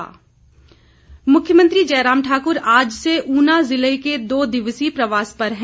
मुख्यमंत्री मुख्यमंत्री जयराम ठाकूर आज से ऊना जिला के दो दिवसीय प्रवास पर है